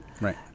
right